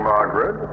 Margaret